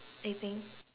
I think